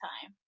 time